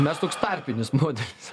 mes toks tarpinis modelis